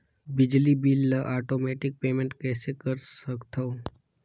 बिजली बिल ल automatic payment कइसे कर सकथव?